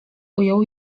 ujął